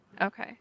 Okay